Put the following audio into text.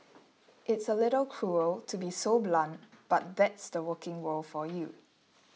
it's a little cruel to be so blunt but that's the working world for you